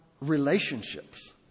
relationships